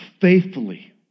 faithfully